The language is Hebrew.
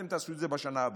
אתם תעשו את זה בשנה הבאה,